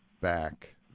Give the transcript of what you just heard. back